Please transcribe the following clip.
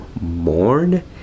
mourn